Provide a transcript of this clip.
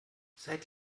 seid